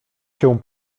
się